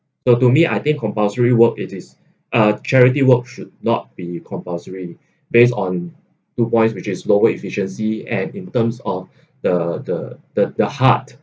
so to me I think compulsory work it is uh charity work should not be compulsory based on two points which is lower efficiency at in terms of the the the the heart